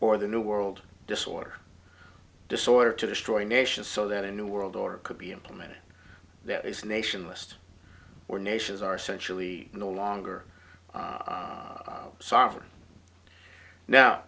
or the new world disorder disorder to destroy a nation so that a new world order could be implemented that is nation list or nations are essentially no longer sovereign now